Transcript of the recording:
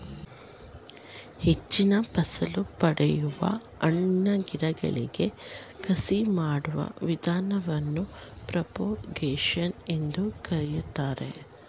ಹೆಚ್ಚಿನ ಫಸಲು ಪಡೆಯಲು ಹಣ್ಣಿನ ಗಿಡಗಳಿಗೆ ಕಸಿ ಮಾಡುವ ವಿಧಾನವನ್ನು ಪ್ರೋಪಾಗೇಶನ್ ಎಂದು ಕರಿತಾರೆ